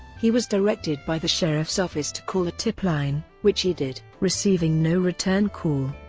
he was directed by the sheriff's office to call the tip line, which he did, receiving no return call.